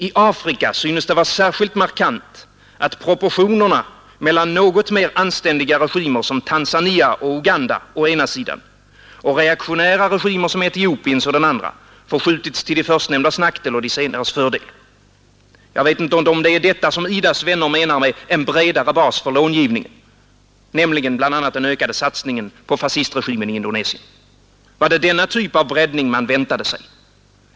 I Afrika synes det vara särskilt markant att proportionerna mellan något mer anständiga regimer som Tanzania och Uganda å ena sidan och reaktionära regimer som Etiopien å den andra förskjutits till de förstnämndas nackdel och de senares fördel. Jag vet inte om det är detta som IDA:s vänner menar med en bredare bas för långivningen, nämligen bl.a. den ökade satsningen på fascistregimen i Indonesien. Var det denna typ av breddning man väntade sig?